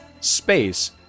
space